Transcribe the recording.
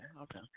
okay